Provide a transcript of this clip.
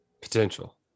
Potential